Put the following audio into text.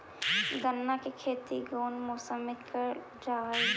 गन्ना के खेती कोउन मौसम मे करल जा हई?